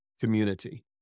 community